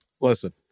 listen